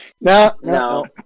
No